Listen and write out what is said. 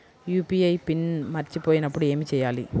UPI PIN మరచిపోయినప్పుడు ఏమి చేయాలి?